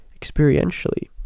experientially